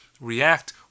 react